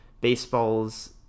Baseball's